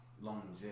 Longevity